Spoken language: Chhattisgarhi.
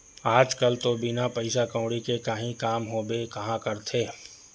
आज कल तो बिना पइसा कउड़ी के काहीं काम होबे काँहा करथे